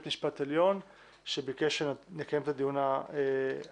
המשפט העליון שביקש שנקיים את הדיון הנוכחי.